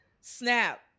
Snap